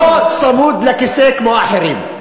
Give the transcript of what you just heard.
הוא צנוע, הוא לא צמוד לכיסא כמו אחרים.